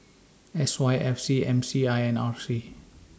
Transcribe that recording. S Y F C M C I and R C